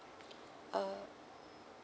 uh